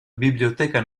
biblioteca